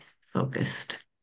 focused